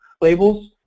labels